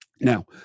Now